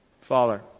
Father